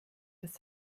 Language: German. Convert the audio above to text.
das